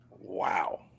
Wow